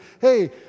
Hey